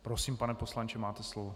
Prosím, pane poslanče, máte slovo.